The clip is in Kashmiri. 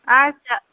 اَچھا